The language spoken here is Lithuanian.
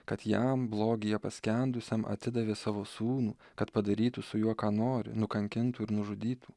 kad jam blogyje paskendusiam atidavė savo sūnų kad padarytų su juo ką nori nukankintų ir nužudytų